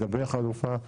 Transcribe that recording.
לגבי חלופה ב'